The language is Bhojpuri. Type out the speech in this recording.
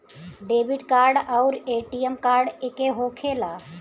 डेबिट कार्ड आउर ए.टी.एम कार्ड एके होखेला?